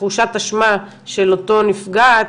תחושת אשמה של אותו נפגעת,